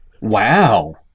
Wow